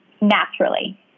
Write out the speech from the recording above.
naturally